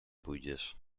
pójdziesz